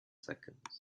seconds